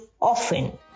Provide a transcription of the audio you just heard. often